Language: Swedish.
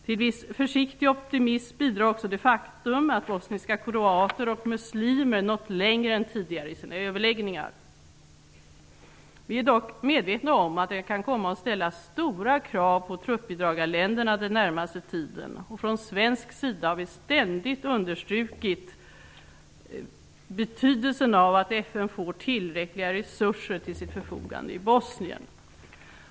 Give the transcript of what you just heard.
Till viss försiktig optimism bidrar också det faktum att bosniska kroater och muslimer nått längre än tidigare i sina överläggningar. Vi är i dag medvetna om att det kan komma att ställas stora krav på truppbidragarländerna den närmaste tiden, och från svensk sida har vi ständigt understrukit betydelsen av att FN får tillräckliga resurser till sitt förfogande i Bosnien.